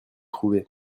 trouver